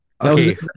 Okay